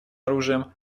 оружием